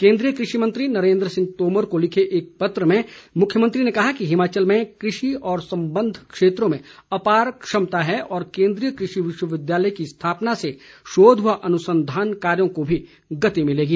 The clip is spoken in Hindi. केन्द्रीय कृषि मंत्री नरेन्द्र सिंह तोमर को लिखे एक पत्र में मुख्यमंत्री ने कहा है कि हिमाचल में कृषि व संबद्ध क्षेत्रों में अपार क्षमता है और केन्द्रीय कृषि विश्वविद्यालय की स्थापना से शोध व अनुसंधान कार्यों को भी गति मिलेगी